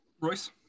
Royce